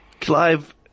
Clive